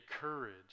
courage